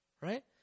right